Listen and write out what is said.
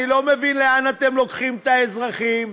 אני לא מבין לאן אתם לוקחים את האזרחים.